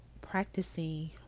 practicing